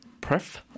Pref